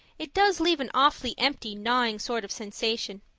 it does leave an awfully empty, gnawing sort of sensation.